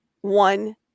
one